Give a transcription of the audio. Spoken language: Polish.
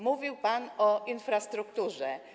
Mówił pan o infrastrukturze.